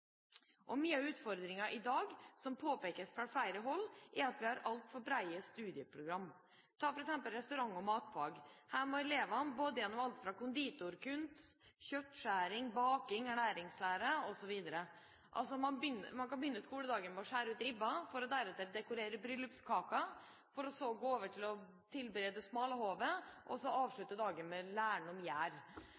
dag, som påpekes fra flere hold, er at vi har altfor breie studieprogram. Ta f.eks. restaurant- og matfag: Her må elevene gjennom alt: konditorkunst, kjøttskjæring, baking, ernæringslære osv. Man kan begynne skoledagen med å skjære opp ribbe, for deretter å dekorere bryllupskake, for så å gå over til å tilberede